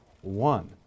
one